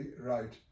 right